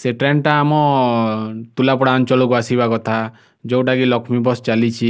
ସେ ଟ୍ରେନଟା ଆମ ତୁଲାପଡ଼ା ଅଞ୍ଚଳକୁ ଆସିବା କଥା ଯେଉଁଟା କି ଲକ୍ଷ୍ମୀ ବସ୍ ଚାଲିଛି